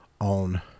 on